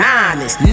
honest